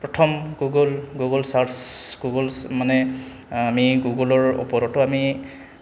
প্ৰথম Google Google search Google মানে আমি গুগলৰ ওপৰতো আমি